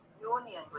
union